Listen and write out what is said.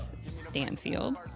Stanfield